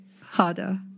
harder